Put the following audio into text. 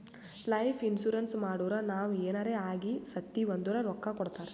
life insurance ಮಾಡುರ್ ನಾವ್ ಎನಾರೇ ಆಗಿ ಸತ್ತಿವ್ ಅಂದುರ್ ರೊಕ್ಕಾ ಕೊಡ್ತಾರ್